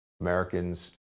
americans